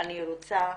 אני רוצה